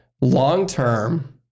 long-term